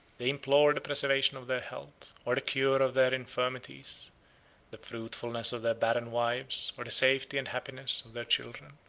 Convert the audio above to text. they implored the preservation of their health, or the cure of their infirmities the fruitfulness of their barren wives, or the safety and happiness of their children.